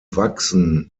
wachsen